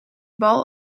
bal